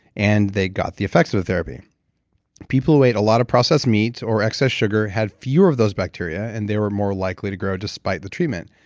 and they got the effects of the therapy people who ate a lot of processed meats or excess sugar had fewer of those bacteria and they were more likely to grow despite the treatment.